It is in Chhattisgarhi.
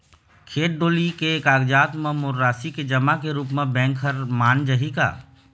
खेत डोली के कागजात म मोर राशि के जमा के रूप म बैंक हर मान जाही का?